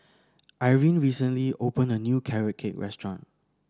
Irene recently open a new Carrot Cake restaurant